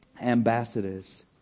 ambassadors